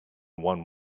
one